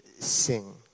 sing